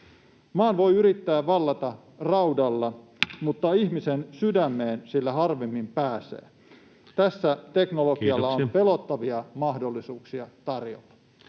Maan voi yrittää vallata raudalla, mutta ihmisen sydämeen sillä harvemmin pääsee. Tässä teknologialla on pelottavia mahdollisuuksia tarjolla.